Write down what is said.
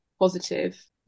positive